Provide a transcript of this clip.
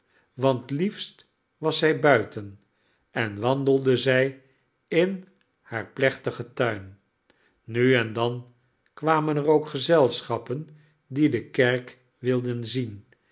want liefst was zij buiten en wandelde zij in haar plechtigen tuin nu en dan kwamen er ook gezelschappen die de kerk wilden zien